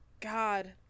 god